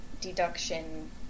deduction